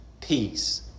peace